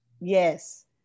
Yes